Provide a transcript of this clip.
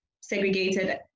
segregated